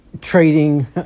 trading